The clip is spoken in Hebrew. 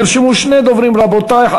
נרשמו שני דוברים, רבותי.